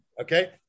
okay